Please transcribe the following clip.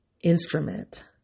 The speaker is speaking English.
instrument